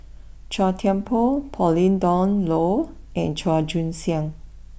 Chua Thian Poh Pauline Dawn Loh and Chua Joon Siang